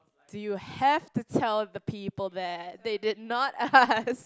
do you have to tell the people that they did not ask